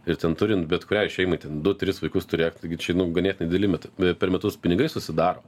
ir ten turint bet kuriai šeimai ten du tris vaikus turėk taigi čia nu ganėtinai dideli met e per metus pinigai susidaro